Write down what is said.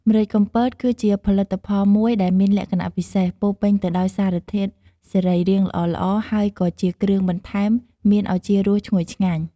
ម្រេចកំពតគឺជាផលិតផលមួយដែលមានលក្ខណៈពិសេស ពោរពេញទៅដោយសារធាតុសរីរាង្គល្អៗ ហើយក៏ជាគ្រឿងបន្ថែមមានឱជារសឈ្ងុយឆ្ងាញ់។